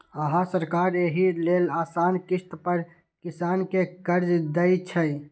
हां, सरकार एहि लेल आसान किस्त पर किसान कें कर्ज दै छै